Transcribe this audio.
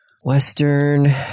Western